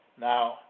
Now